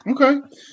Okay